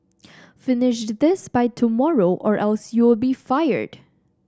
finish this by tomorrow or else you'll be fired